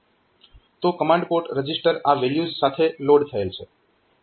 તો command port register આ values સાથે લોડ થયેલ છે